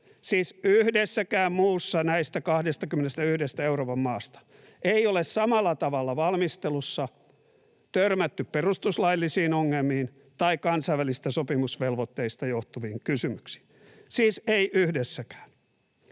siis yhdessäkään, muussa näistä 21:stä Euroopan maasta ei ole samalla tavalla valmistelussa törmätty perustuslaillisiin ongelmiin tai kansainvälisistä sopimusvelvoitteista johtuviin kysymyksiin, siis ei yhdessäkään.